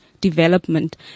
development